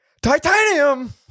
Titanium